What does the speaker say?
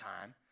time